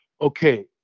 okay